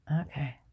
Okay